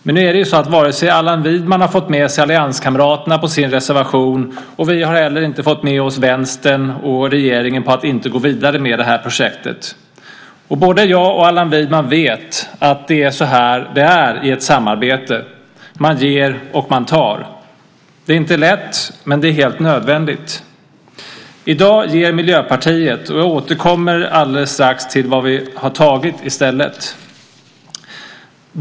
Men nu är det så att Allan Widman inte har fått med sig allianskamraterna på sin reservation, och vi har inte heller fått med oss Vänstern och regeringen på att inte gå vidare med det här projektet. Både Allan Widman och jag vet att det är så här det är i ett samarbete. Man ger, och man tar. Det är inte lätt, men det är helt nödvändigt. I dag ger Miljöpartiet, och jag återkommer alldeles strax till vad vi har tagit i stället.